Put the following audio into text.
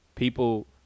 People